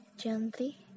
gently